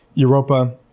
europa,